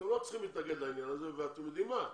אתם לא צריכים להתנגד לעניין הזה, ואתם יודעים מה?